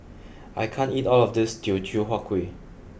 I can't eat all of this Teochew Huat Kueh